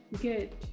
good